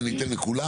ואני אתן לכולם.